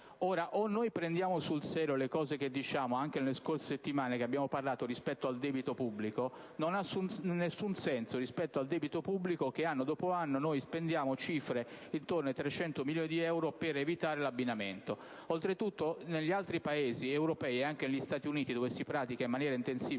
Ora, prendiamo sul serio quanto affermiamo, di cui anche nelle scorse settimane abbiamo parlato, rispetto al debito pubblico. Non ha alcun senso rispetto al debito pubblico spendere anno dopo anno cifre intorno ai 300 milioni di euro per evitare l'abbinamento. Oltre tutto, negli altri Paesi europei, e anche negli Stati Uniti dove si pratica in maniera intensiva